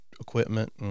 equipment